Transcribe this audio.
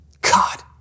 God